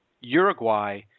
Uruguay